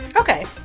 Okay